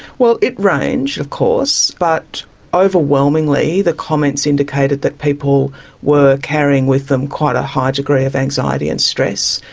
well, it ranged of course, but overwhelmingly the comments indicated that people were carrying with them quite a high degree of anxiety and stress,